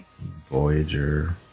Voyager